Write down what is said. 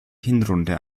hinrunde